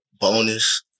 bonus